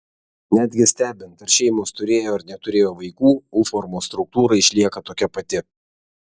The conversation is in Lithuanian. netgi stebint ar šeimos turėjo ar neturėjo vaikų u formos struktūra išlieka tokia pati